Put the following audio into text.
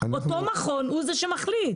אותו מכון הוא שמחליט.